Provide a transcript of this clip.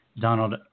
Donald